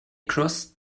crossed